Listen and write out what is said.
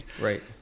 Right